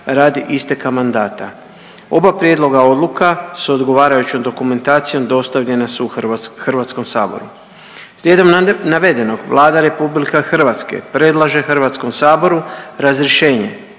radi isteka mandata. Oba prijedloga odluka s odgovarajućom dokumentacijom dostavljena su HS-u. Slijedom navedenog Vlada RH predlaže HS-u razrješenje